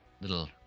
little